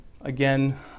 Again